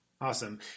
Awesome